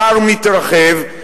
הפער מתרחב,